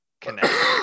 connect